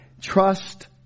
Trust